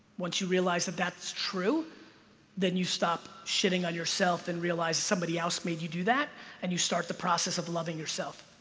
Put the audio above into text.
once you realize that that's true then you stop shitting on yourself and realize somebody else made you do that and you start the process of loving yourself